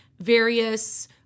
various